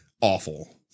awful